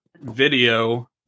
video